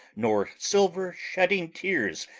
nor silver-shedding tears,